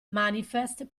manifest